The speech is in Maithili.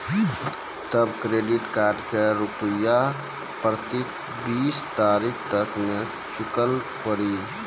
तब क्रेडिट कार्ड के रूपिया प्रतीक बीस तारीख तक मे चुकल पड़ी?